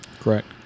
Correct